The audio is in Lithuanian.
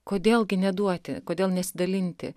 kodėl gi neduoti kodėl nesidalinti